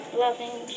loving